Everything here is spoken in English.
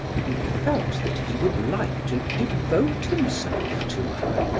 he felt that he would like to devote himself to her,